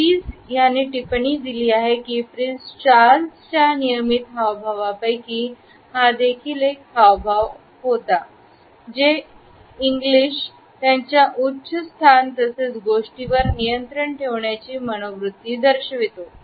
piece यांनी टिप्पणी दिली आहे की प्रिन्स चार्ल्सच्या नियमित हावभावपैकी हा देखील एक हावभाव आहे जे इंग्लिश त्याच्या उच्च स्थान तसेच गोष्टींवर नियंत्रण ठेवण्याची मनोवृत्ती दर्शवितो